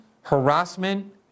harassment